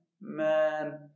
man